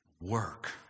work